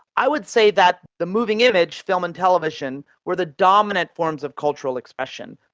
i would say that the moving image, film and television, were the dominant forms of cultural expression,